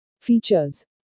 Features